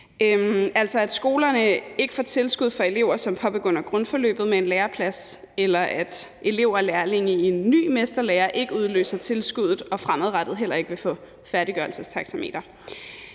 om, at skolerne ikke får tilskud for elever, som påbegynder grundforløbet med en læreplads, og at elever og lærlinge i en ny mesterlære ikke udløser tilskuddet og fremadrettet heller ikke vil få færdiggørelsestaxameter.